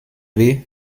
weh